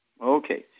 Okay